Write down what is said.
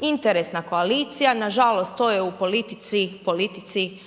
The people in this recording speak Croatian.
interesna koalicija, nažalost to je u politici